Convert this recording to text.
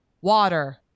water